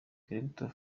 clapton